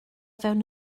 fewn